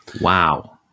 Wow